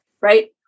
right